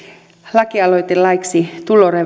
lakialoite laiksi